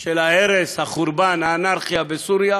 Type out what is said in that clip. של ההרס, החורבן והאנרכיה בסוריה?